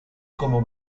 como